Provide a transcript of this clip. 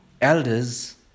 elders